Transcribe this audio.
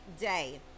day